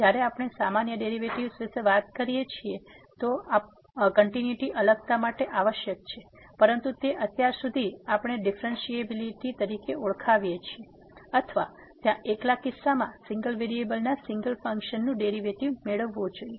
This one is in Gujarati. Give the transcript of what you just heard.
જ્યારે આપણે સામાન્ય ડેરિવેટિવ્ઝ વિશે વાત કરીએ છીએ તો કંટીન્યુટી અલગતા માટે આવશ્યક છે પરંતુ તે અત્યાર સુધી આપણે ડિફરન્ટિએબિલીટી તરીકે ઓળખાવીએ છીએ અથવા ત્યાં એકલા કિસ્સામાં સિંગલ વેરીએબલનાં સિંગલ ફંક્શનનું ડેરિવેટિવ મેળવવું જોઈએ